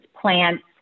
plants